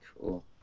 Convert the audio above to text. Cool